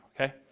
okay